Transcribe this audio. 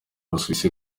busuwisi